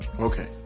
Okay